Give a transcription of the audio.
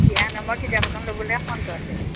দিহানামৰ কিতাপ এখন ল'বলৈহে মনটো আছিলে